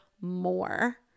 more